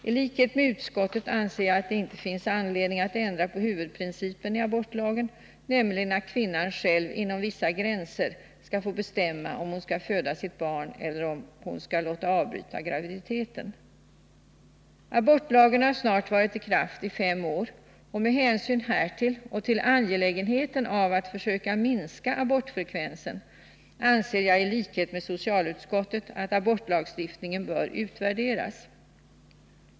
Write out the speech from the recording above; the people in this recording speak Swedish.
I likhet med utskottet anser jag att det inte finns anledning att ändra på huvudprincipen i abortlagen, nämligen att kvinnan själv inom vissa gränser skall få bestämma om hon skall föda sitt barn eller om hon skall låta avbryta graviditeten. Abortlagen har snart varit i kraft i fem år. Med hänsyn härtill och till angelägenheten av att försöka minska abortfrekvensen, anser jag i likhet med socialutskottet att abortlagstiftningen bör utvärderas.